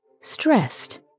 stressed